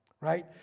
Right